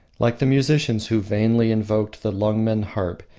like the musicians who vainly invoked the lungmen harp,